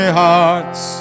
hearts